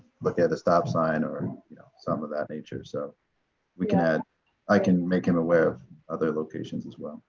look at a stop sign or you know some of that nature. so we can add i can make him aware of other locations, as well.